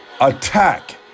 attack